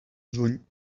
juny